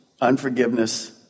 unforgiveness